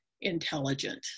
intelligent